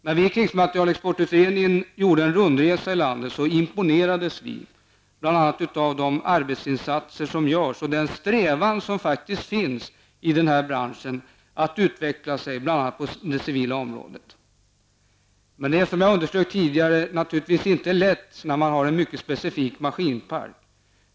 När vi i krigsmaterielexportutredningen gjorde en rundresa i landet imponerades vi av de arbetsinsatser som görs och den strävan som faktiskt finns i denna bransch att utvecklas på bl.a. det civila området. Det är dock, vilket jag underströk tidigare, naturligtvis inte lätt när man har en mycket specifik maskinpark.